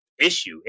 issue